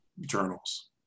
journals